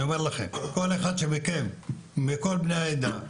כל אחד מבני העדה,